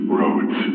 roads